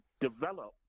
develop